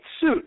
suit